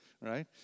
right